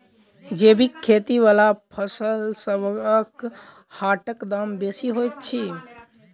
जैबिक खेती बला फसलसबक हाटक दाम बेसी होइत छी